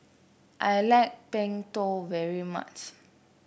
I like Png Tao very much